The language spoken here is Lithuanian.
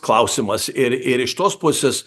klausimas ir ir iš tos pusės